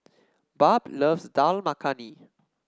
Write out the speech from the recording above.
Barb loves Dal Makhani